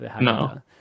No